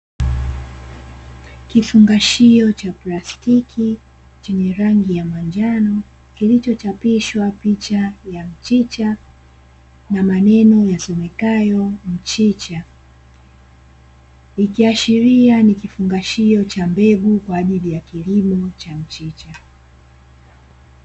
Kifungashio cha plastiki chenye rangi ya manjano, kilichochapishwa picha ya mchicha na maeno yasomekayo ''mchicha''. Ikiashiria ni kifungashio cha mbegu kwa ajili ya kilimo cha mchicha.